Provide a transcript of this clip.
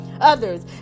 others